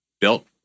built